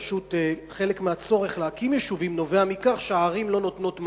פשוט חלק מהצורך להקים יישובים נובע מכך שהערים לא נותנות מענה,